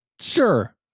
Sure